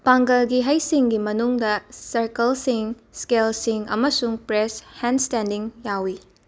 ꯄꯥꯡꯒꯜꯒꯤ ꯍꯩꯁꯤꯡꯒꯤ ꯃꯅꯨꯡꯗ ꯁꯔꯀꯜꯁꯤꯡ ꯁ꯭ꯀꯦꯜꯁꯤꯡ ꯑꯃꯁꯨꯡ ꯄ꯭ꯔꯦꯁ ꯍꯦꯟ ꯁ꯭ꯇꯦꯟꯗꯤꯡ ꯌꯥꯎꯏ